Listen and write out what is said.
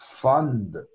fund